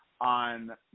on